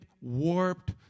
warped